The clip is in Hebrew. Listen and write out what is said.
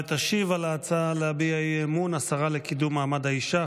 תשיב על ההצעה להביע אי-אמון השרה לקידום מעמד האישה,